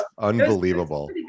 unbelievable